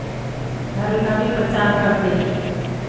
धर्म का भी प्रचार करते हैं